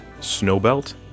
Snowbelt